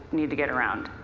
need to get around.